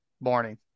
morning